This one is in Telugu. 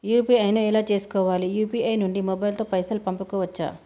యూ.పీ.ఐ ను ఎలా చేస్కోవాలి యూ.పీ.ఐ నుండి మొబైల్ తో పైసల్ పంపుకోవచ్చా?